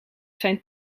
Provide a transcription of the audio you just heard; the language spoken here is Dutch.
zijn